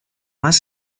más